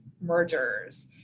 mergers